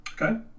okay